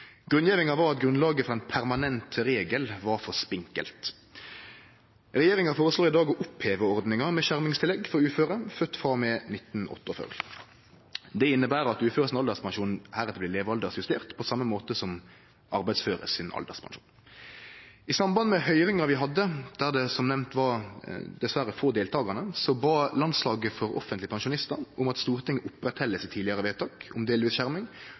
Grunngjevinga var at grunnlaget for ein permanent regel var for spinkelt. Regjeringa føreslår i dag å oppheve ordninga med skjermingstillegg for uføre født frå og med 1948. Det inneber at alderspensjonen til uføre heretter blir levealdersjustert på same måten som alderspensjonen til arbeidsføre. I samband med høyringa vi hadde, der det som nemnt dessverre var få deltakarar, bad Landslaget for offentlige pensjonister om at Stortinget opprettheld sitt tidlegare vedtak om delvis skjerming